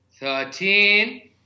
Thirteen